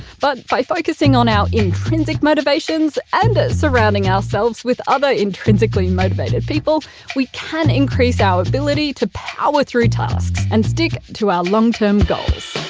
but by focusing on our intrinsic motivations and surrounding ourselves with intrinsically motivated people we can increase our ability to power through tasks and stick to our long-term goals.